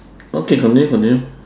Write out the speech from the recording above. okay continue continue